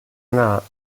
anar